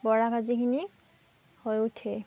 বৰা ভাজিখিনি হৈ উঠে